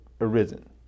arisen